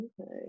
okay